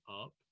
up